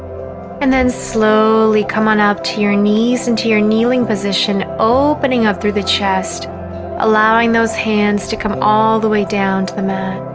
and then slowly come on up to your knees into your kneeling position opening up through the chest allowing those hands to come all the way down to the mat